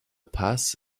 paz